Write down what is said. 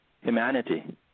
humanity